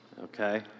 Okay